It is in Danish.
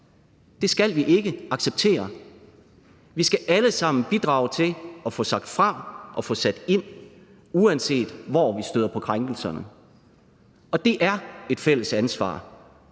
skal vi ikke acceptere. Vi skal alle sammen bidrage til at få sagt fra og få sat ind, uanset hvor vi støder på krænkelserne. Det er et fælles ansvar,